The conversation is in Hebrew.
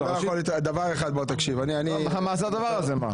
הוא לא יכול ל תקשיב --- מה זה הדבר הזה?